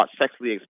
sexually